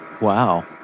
wow